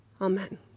amen